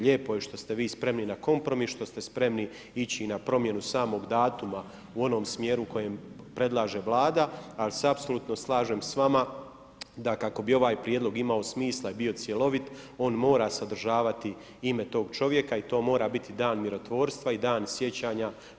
Lijepo je što ste vi spremni na kompromis, što ste spremni ići i na promjenu samog datuma u onom smjeru u kojem predlaže Vlada, ali se apsolutno slažem s vama da kako bi ovaj prijedlog imao smisla i bio cjelovit, on mora sadržavati ime tog čovjeka i to mora biti dan mirotvorstva i dan sjećanja na dr. Ivana Šretera.